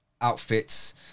outfits